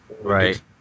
Right